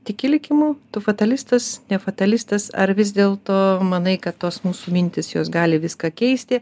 tiki likimu tu fatalistas ne fatalistas ar vis dėlto manai kad tos mūsų mintys jos gali viską keisti